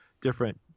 different